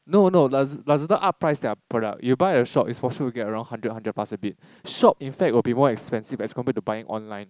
no no Laz~ Lazada up price their product you buy at a shop is for sure get around hundred or hundred plus a bit shop in fact will be more expensive as compared to buying online